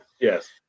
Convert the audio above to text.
Yes